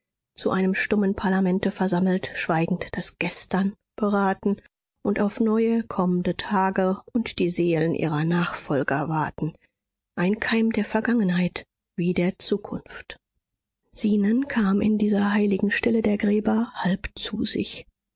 zu einem stummen parlamente versammelt schweigend das gestern beraten und auf neue kommende tage und die seelen ihrer nachfolger warten ein keim der vergangenheit wie der zukunft zenon kam in dieser heiligen stille der gräber halb zu sich